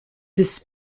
this